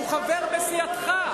הוא חבר בסיעתך.